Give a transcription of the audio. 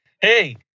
hey